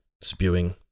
spewing